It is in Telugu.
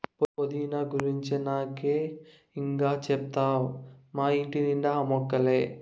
పుదీనా గురించి నాకే ఇం గా చెప్తావ్ మా ఇంటి నిండా ఆ మొక్కలే